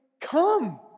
come